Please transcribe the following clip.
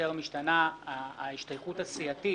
כאשר משתנה ההשתייכות הסיעתית,